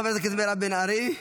חברת הכנסת מירב בן ארי,